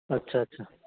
اچھا اچھا